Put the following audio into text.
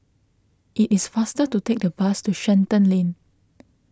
it is faster to take the bus to Shenton Lane